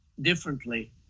differently